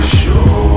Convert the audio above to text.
show